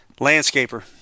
Landscaper